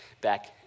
back